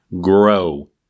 grow